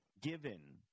given